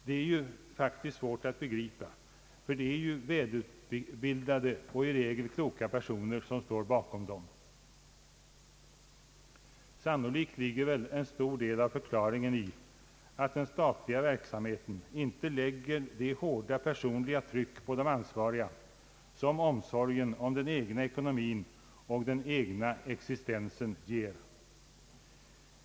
Det är faktiskt svårt att begripa, ty det är ju välutbildade och i regel kloka personer som står bakom dem. Sanno likt ligger en stor del av förklaringen i att den statliga verksamheten inte lägger det hårda personliga tryck på de ansvariga som omsorgen om den egna ekonomin och den egna existensen ger.